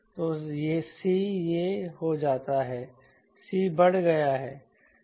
तो c यह हो जाता है c बढ़ गया है